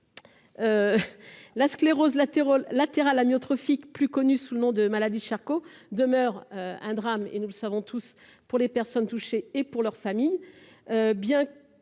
latérale latérale amyotrophique, plus connu sous le nom de maladie de Charcot demeure un drame et nous le savons tous pour les personnes touchées et pour leurs familles,